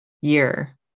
year